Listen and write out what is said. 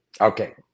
Okay